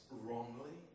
wrongly